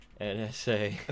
NSA